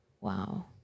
Wow